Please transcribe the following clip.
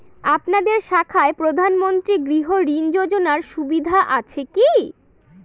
আপনাদের শাখায় প্রধানমন্ত্রী গৃহ ঋণ যোজনার সুবিধা আছে কি?